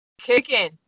kicking